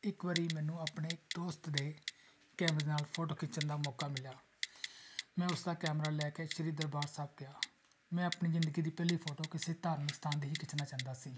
ਇੱਕ ਵਾਰੀ ਮੈਨੂੰ ਆਪਣੇ ਦੋਸਤ ਦੇ ਕੈਮਰੇ ਨਾਲ ਫੋਟੋ ਖਿੱਚਣ ਦਾ ਮੌਕਾ ਮਿਲਿਆ ਮੈਂ ਉਸਦਾ ਕੈਮਰਾ ਲੈ ਕੇ ਸ਼੍ਰੀ ਦਰਬਾਰ ਸਾਹਿਬ ਗਿਆ ਮੈਂ ਆਪਣੀ ਜ਼ਿੰਦਗੀ ਦੀ ਪਹਿਲੀ ਫੋਟੋ ਕਿਸੇ ਧਾਰਮਿਕ ਸਥਾਨ ਦੀ ਹੀ ਖਿੱਚਣਾ ਚਾਹੁੰਦਾ ਸੀ